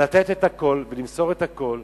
לתת הכול ולמסור הכול.